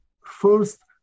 first